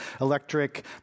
electric